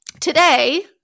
Today